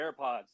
AirPods